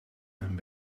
mijn